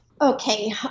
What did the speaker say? Okay